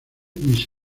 miss